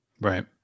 right